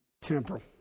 temporal